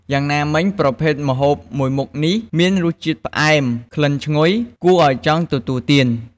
យ៉ាងណាមិញប្រភេទម្ហូបមួយមុខនេះមានរសជាតិផ្អែម ក្លិនឈ្ងុយ ដែលគួរឱ្យចង់ទទួលទាន។